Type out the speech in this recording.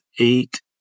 eight